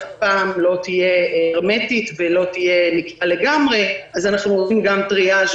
היא אף פעם לא תהיה הרמטית אז אנחנו עוברים גם טריאז'